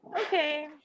Okay